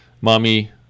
Mommy